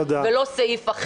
ולא סעיף אחד.